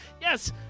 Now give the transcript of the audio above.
Yes